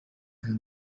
can